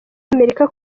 amerika